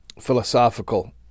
philosophical